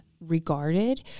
regarded